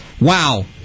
wow